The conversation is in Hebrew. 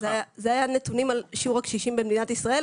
אלה היו נתונים על שיעור הקשישים במדינת ישראל,